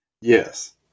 Yes